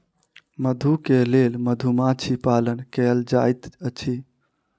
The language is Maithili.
मधु के लेल मधुमाछी पालन कएल जाइत अछि